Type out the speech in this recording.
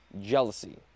jealousy